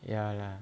ya lah